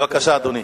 בבקשה, אדוני.